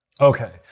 Okay